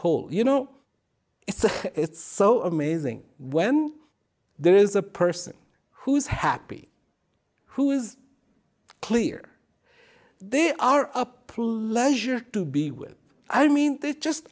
whole you know it's a it's so amazing when there is a person who's happy who is clear they are up leisure to be with i mean they just